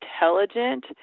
intelligent